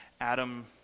Adam